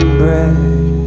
bread